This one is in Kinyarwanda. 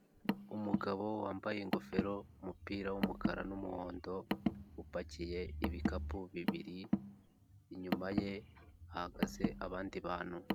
Umugabo wambaye ingofero, umupira w'umukara n'umuhondo, upakiye ibikapu bibiri inyuma ye hahagaze abandi bantu.